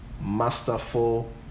masterful